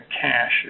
cash